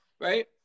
Right